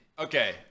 Okay